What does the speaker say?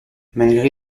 malgré